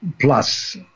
Plus